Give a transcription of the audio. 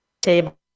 table